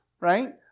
right